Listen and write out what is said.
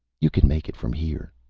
you can make it from here,